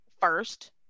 first